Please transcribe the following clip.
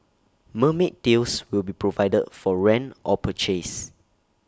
mermaid tails will be provided for rent or purchase